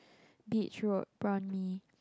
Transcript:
beach road prawn mee